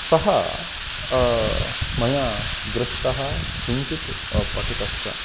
सः मया दृष्टः किञ्चित् पठितश्च